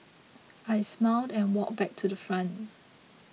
I smiled and walked back to the front